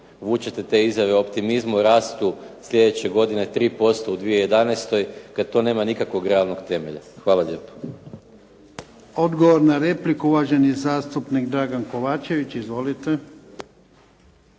vučete te izjave o optimizmu, rastu sljedeće godine, 3% u 2011. kad to nema nikakvog realnog temelja. Hvala lijepo. **Jarnjak, Ivan (HDZ)** Odgovor na repliku, uvaženi zastupnik Dragan Kovačević. Izvolite.